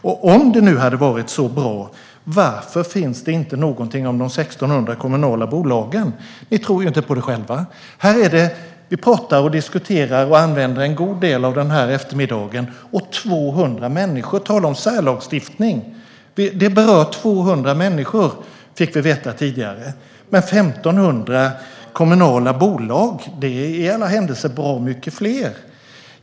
Om det nu hade varit så bra, varför finns det inget om det när det gäller de 1 600 kommunala bolagen? Ni tror ju inte på det själva. Vi pratar och diskuterar och använder en god del av den här eftermiddagen åt 200 människor. Tala om särlagstiftning! Det berör 200 människor, fick vi veta här tidigare. Men 1 600 kommunala bolag är i alla händelser bra mycket fler.